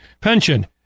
pension